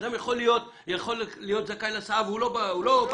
אדם יכול להיות זכאי להסעה והוא לא עם מוגבלות.